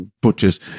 butchers